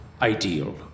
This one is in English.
Ideal